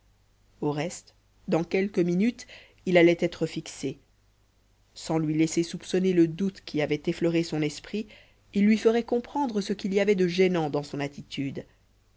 au reste dans quelques minutes il allait être fixé sans lui laisser soupçonner le doute qui avait effleuré son esprit il lui ferait comprendre ce qu'il y avait de gênant dans son attitude